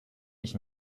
ich